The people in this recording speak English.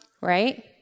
Right